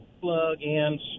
plug-in